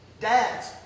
Dads